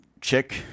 chick